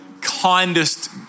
kindest